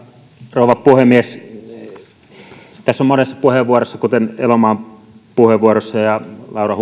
rouva puhemies tässä on monessa puheenvuorossa kuten elomaan ja laura